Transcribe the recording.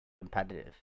competitive